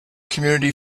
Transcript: community